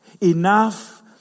enough